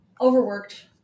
Overworked